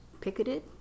picketed